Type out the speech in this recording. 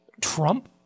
Trump